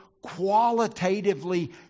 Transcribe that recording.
qualitatively